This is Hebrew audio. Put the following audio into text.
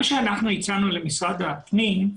מה שאנחנו הצענו למשרד הפנים,